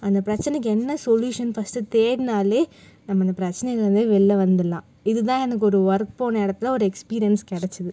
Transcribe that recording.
அந்த பிரச்சனைக்கி என்ன சொல்யூஷன் ஃபஸ்ட்டு தேடினாலே நம்ம அந்த பிரச்சனையிலேருந்தே வெளில வந்துடலாம் இதுதான் எனக்கு ஒரு ஒர்க் போன இடத்துல ஒரு எக்ஸ்பீரியன்ஸ் கிடச்சிது